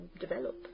develop